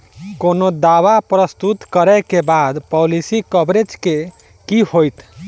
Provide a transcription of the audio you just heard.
कोनो दावा प्रस्तुत करै केँ बाद पॉलिसी कवरेज केँ की होइत?